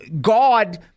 God